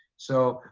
so,